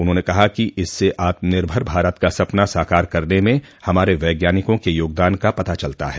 उन्होंने कहा कि इससे आत्मनिर्भर भारत का सपना साकार करने में हमारे वैज्ञानिकों के योगदान का पता चलता है